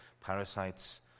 parasites